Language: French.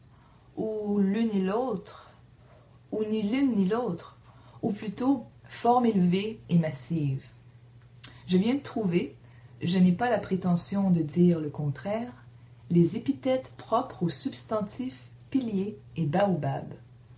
ou l'une et l'autre ou ni l'une ni l'autre ou plutôt formes élevées et massives je viens de trouver je n'ai pas la prétention de dire le contraire les épithètes propres aux substantifs pilier et baobab